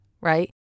right